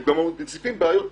הם גם מציפים בעיות,